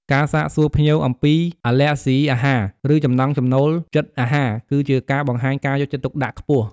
ការសាកសួរភ្ញៀវអំពី អាឡែរហ្សុីអាហារ ឬចំណង់ចំណូលចិត្តអាហារ គឺជាការបង្ហាញការយកចិត្តទុកដាក់ខ្ពស់។